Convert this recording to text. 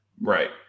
right